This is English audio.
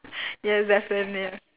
yes definitely ah